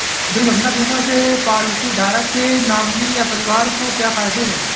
दुर्घटना बीमा से पॉलिसीधारक के नॉमिनी या परिवार को क्या फायदे हैं?